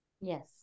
yes